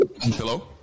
Hello